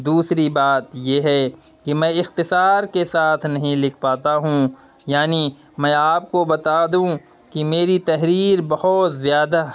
دوسری بات یہ ہے کہ میں اختصار کے ساتھ نہیں لکھ پاتا ہوں یعنی میں آپ کو بتا دوں کہ میری تحریر بہت زیادہ